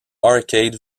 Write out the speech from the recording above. arcade